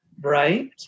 Right